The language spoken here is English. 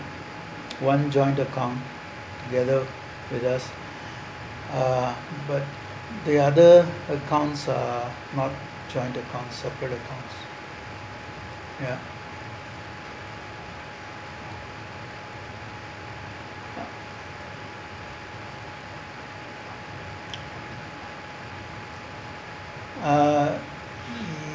one joint account together with us uh but the other accounts are not joint account separate accounts ya uh